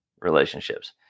relationships